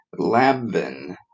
Labvin